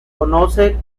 conoce